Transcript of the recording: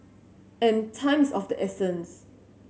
and time is of the essence